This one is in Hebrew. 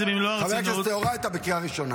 --- חבר הכנסת אלמוג כהן, אתה בקריאה ראשונה.